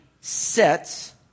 sets